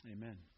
Amen